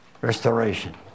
restoration